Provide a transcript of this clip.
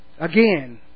Again